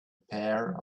pair